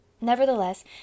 Nevertheless